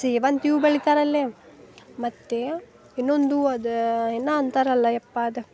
ಸೇವಂತಿ ಹೂ ಬೆಳಿತಾರ ಅಲ್ಲೆ ಮತ್ತು ಇನ್ನೊಂದು ಹೂವ ಅದಾ ಏನ ಅಂತಾರಲ್ಲ ಯಪ್ಪ ಅದು